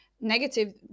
negative